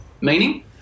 Meaning